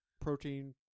protein